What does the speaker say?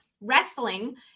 Wrestling